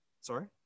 Sorry